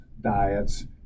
diets